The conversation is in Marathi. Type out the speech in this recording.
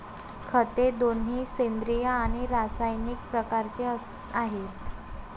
खते दोन्ही सेंद्रिय आणि रासायनिक प्रकारचे आहेत